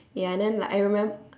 ya and then like I remem~